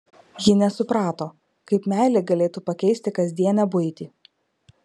ji nesuprato kaip meilė galėtų pakeisti kasdienę buitį